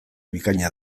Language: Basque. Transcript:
bikaina